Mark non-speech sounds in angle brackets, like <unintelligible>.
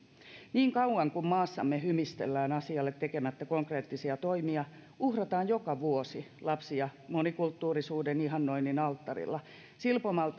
niin kauan kun maassamme hymistellään asialle tekemättä konkreettisia toimia uhrataan joka vuosi lapsia monikulttuurisuuden ihannoinnin alttarilla silpomalla <unintelligible>